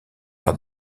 par